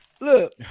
Look